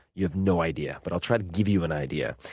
you have no idea, but i'll try to give you an idea.